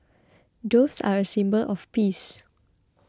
doves are a symbol of peace